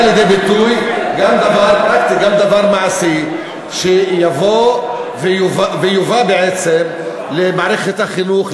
גם דבר פרקטי וגם דבר מעשי שיובא בעצם למערכת החינוך,